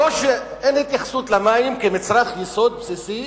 אין התייחסות למים כאל מצרך יסוד בסיסי,